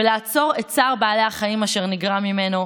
ולעצור את צער בעלי החיים אשר נגרם ממנו.